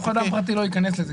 אדם פרטי לא ייכנס לזה.